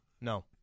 no